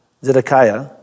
Zedekiah